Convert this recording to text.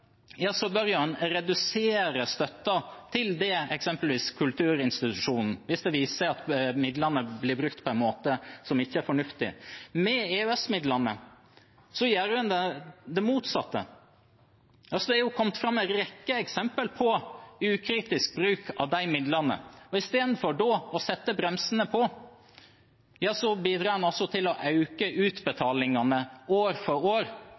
så bør en redusere støtten til eksempelvis den kulturinstitusjonen hvis det viser seg at midlene blir brukt på en måte som ikke er fornuftig. Med EØS-midlene gjør en det motsatte. Det har kommet fram en rekke eksempler på ukritisk bruk av de midlene, og i stedet for å sette bremsene på bidrar en altså til å øke utbetalingene år for år